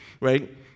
right